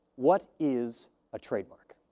what is a trademark?